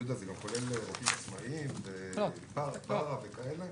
יהודה, זה גם כולל עובדים עצמאיים ופרא וכאלה?